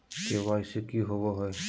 KYC की हॉबे हय?